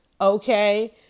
okay